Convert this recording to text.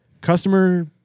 Customer